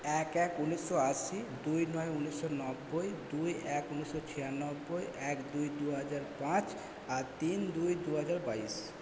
এক এক উনিশশো আশি দুই নয় উনিশশো নব্বই দুই এক উনিশশো ছিয়ানব্বই এক দুই দু হাজার পাঁচ আর তিন দুই দু হাজার বাইশ